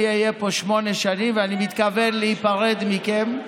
אני אהיה פה שמונה שנים, ואני מתכוון להיפרד מכם.